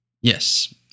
Yes